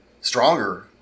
stronger